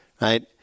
Right